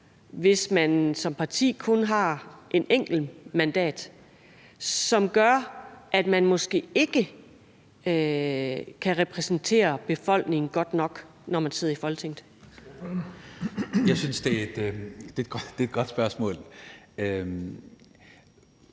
hvis man som parti kun har et enkelt mandat, som gør, at man måske ikke kan repræsentere befolkningen godt nok, når man sidder i Folketinget? Kl. 18:05 Den fg. formand